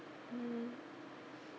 mm